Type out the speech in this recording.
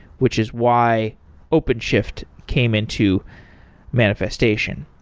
which is why openshift came into manifestation.